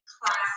classic